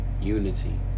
unity